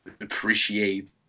appreciate